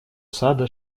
сада